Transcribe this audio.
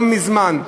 מזמן.